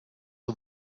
was